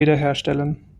wiederherstellen